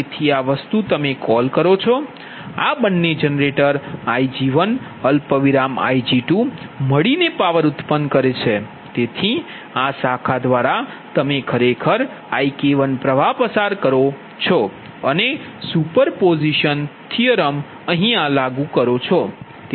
તેથી આ વસ્તુ તમે કૉલ કરો છો આ બંને જનરેટર Ig1 Ig2 મળીને પાવર ઉતપન્ન કરે છે તેથી આ શાખા દ્વારા તમે ખરેખર IK1પ્ર્વાહ પસાર કરો છો અને સુપર પોઝિશન લાગુ કરો છો